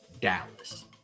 Dallas